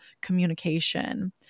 communication